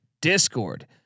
discord